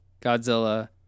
Godzilla